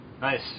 Nice